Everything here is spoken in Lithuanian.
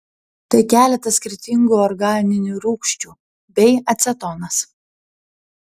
tai keletas skirtingų organinių rūgščių bei acetonas